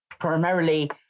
primarily